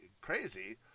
crazy